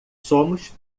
somos